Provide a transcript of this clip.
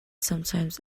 sometimes